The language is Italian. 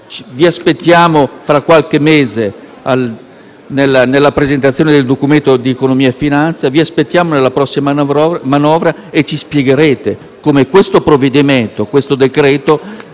vi aspettiamo tra qualche mese con la presentazione del Documento di economia e finanze, e poi con la prossima manovra. Ci spiegherete come questo provvedimento si sosterrà